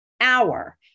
hour